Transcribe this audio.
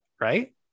Right